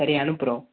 சரி அனுப்புகிறோம்